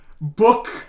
book